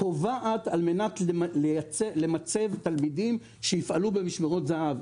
קובעת על מנת למצב תלמידים שיפעלו במשמרות זה"ב.